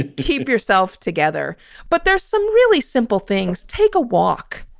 ah to keep yourself together but there's some really simple things. take a walk.